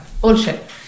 bullshit